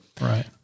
Right